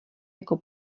jako